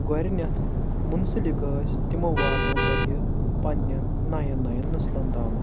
گۄڈنیَتھ مُنسلِک ٲسۍ تِمو واتنوو پتہٕ یہِ پننؠن نَیَن نَیَن نَسلن تامتَھ